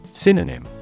Synonym